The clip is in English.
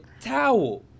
towel